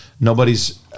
Nobody's